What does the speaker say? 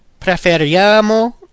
preferiamo